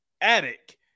attic